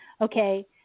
Okay